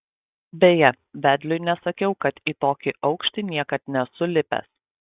beje vedliui nesakiau kad į tokį aukštį niekad nesu lipęs